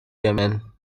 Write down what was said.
yémen